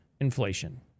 inflation